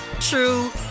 true